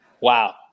Wow